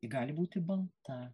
gali būti balta